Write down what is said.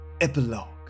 Epilogue